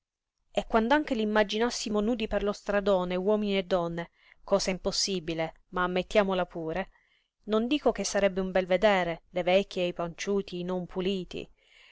e quando anche l immaginarsi mo nudi per lo stradone uomini e donne cosa impossibile ma ammettiamola pure non dico che sarebbe un bel vedere le vecchie i panciuti i non puliti